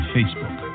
Facebook